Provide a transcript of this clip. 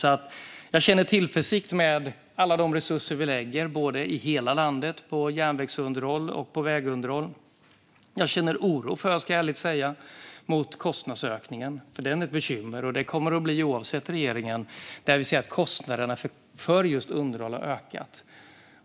Jag känner därför tillförsikt inför alla de resurser vi lägger i hela landet på väg och järnvägsunderhåll. Jag ska ärligt säga att jag känner oro inför kostnadsökningen. Den är ett bekymmer, och det kommer den att bli oavsett regering, för vi ser att kostnaderna för just underhåll har ökat.